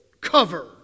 cover